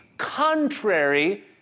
contrary